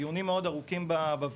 היו דיונים מאוד ארוכים בוועדה,